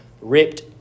ripped